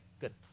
good